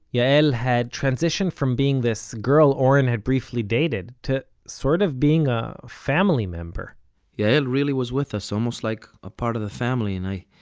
yael had transitioned from being this girl oren had briefly dated, to sort of being a family member yael really was with us, almost like a part of the family. and i,